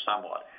somewhat